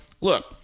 look